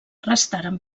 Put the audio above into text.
restaren